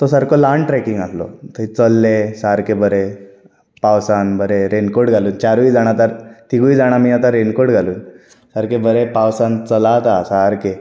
तो सारको ल्हान ट्रेकींग आहलो थंय चल्ले सारके बरें पावसान बरें रैनकॉट घालून चारूय जाण आतां तिगूय जाण आमी आतां रैनकॉट घालून सारके बरें पावसान चलत हा सारके